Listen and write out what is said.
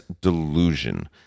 Delusion